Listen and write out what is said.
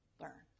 learn